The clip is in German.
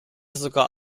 sogar